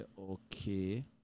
okay